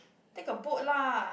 take a boat lah